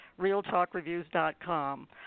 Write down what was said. RealtalkReviews.com